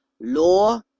Law